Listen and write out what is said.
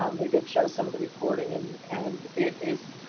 um they did show some of the reporting and and it is,